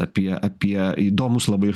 apie apie įdomus labai